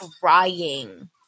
crying